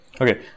Okay